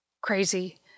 crazy